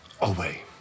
away